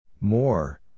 More